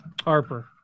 Harper